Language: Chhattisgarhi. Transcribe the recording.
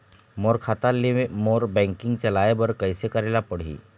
मोर खाता ले मोर बैंकिंग चलाए बर कइसे करेला पढ़ही?